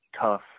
tough